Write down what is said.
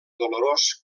dolorós